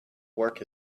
work